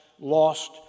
lost